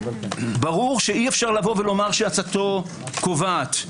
ברור שאי אפשר לומר שעצתו קובעת.